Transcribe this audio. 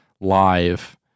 live